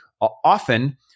often